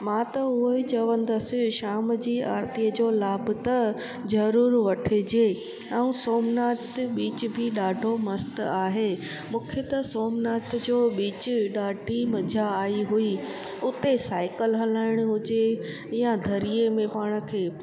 मां त उहो ई चवंदसि शाम जी आरतीअ जो लाभ त ज़रूरु वठिजे ऐं सोमनाथ बीच बि ॾाढो मस्तु आहे मुखे त सोमनाथ जो बीच ॾाढी मज़ा आई हुई उते साइकिल हलाइणु हुजे या दरिए में पाण खे